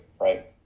right